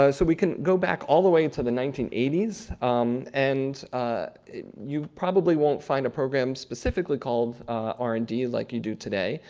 ah so we can go back all the way to the nineteen eighty s um and you probably won't find a program specifically called r and d, like you do today,